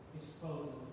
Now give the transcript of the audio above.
exposes